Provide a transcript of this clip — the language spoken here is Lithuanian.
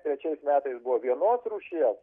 trečiais metais buvo vienos rūšies